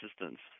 assistance